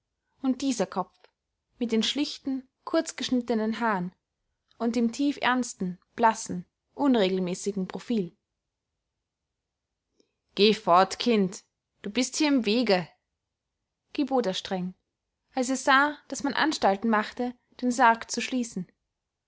und dieser kopf mit den schlichten kurzgeschnittenen haaren und dem tiefernsten blassen unregelmäßigen profil geh fort kind du bist hier im wege gebot er streng als er sah daß man anstalten machte den sarg zu schließen